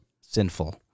Sinful